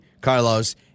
Carlos